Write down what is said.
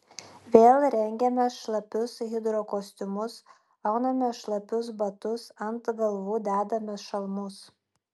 vėl rengiamės šlapius hidrokostiumus aunamės šlapius batus ant galvų dedamės šalmus